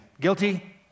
Guilty